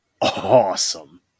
awesome